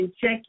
check